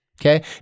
okay